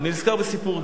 ואני נזכר בסיפור,